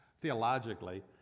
theologically